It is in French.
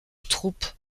troupe